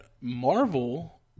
Marvel